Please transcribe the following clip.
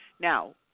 Now